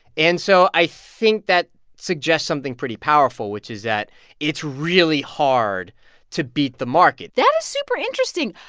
and so i think that suggests something pretty powerful, which is that it's really hard to beat the market that is super interesting.